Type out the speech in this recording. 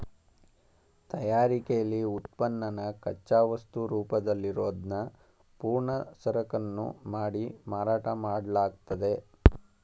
ತಯಾರಿಕೆಲಿ ಉತ್ಪನ್ನನ ಕಚ್ಚಾವಸ್ತು ರೂಪದಲ್ಲಿರೋದ್ನ ಪೂರ್ಣ ಸರಕನ್ನು ಮಾಡಿ ಮಾರಾಟ ಮಾಡ್ಲಾಗ್ತದೆ